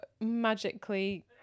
magically